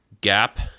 gap